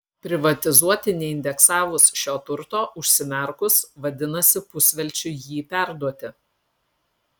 privatizuoti neindeksavus šio turto užsimerkus vadinasi pusvelčiui jį perduoti